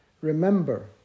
Remember